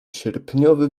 sierpniowy